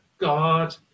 God